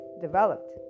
developed